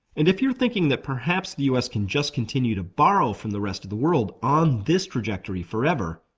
and if you're thinking that perhaps the us can just continue to borrow from the rest of the world on this trajectory forever,